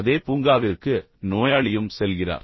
அதே பூங்காவிற்கு நோயாளியும் செல்கிறார்